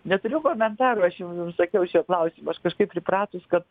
neturiu komentarų aš jau jum sakiau šiuo klausimu aš kažkaip pripratus kad